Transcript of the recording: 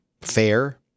fair